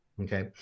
Okay